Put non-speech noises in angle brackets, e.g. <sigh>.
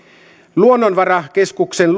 luonnonvarakeskuksen <unintelligible>